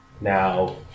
Now